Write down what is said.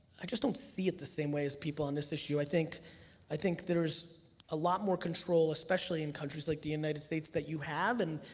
i just don't see it the same way as people on this issue. i think i think there's a lot more control, especially in countries like the united states that you have. and